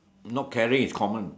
not caring is common